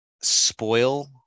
spoil